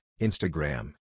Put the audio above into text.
Instagram